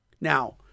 Now